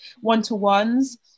one-to-ones